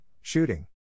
shooting